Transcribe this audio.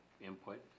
input